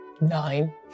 Nine